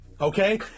Okay